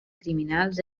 criminals